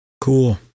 cool